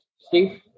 Steve